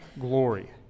glory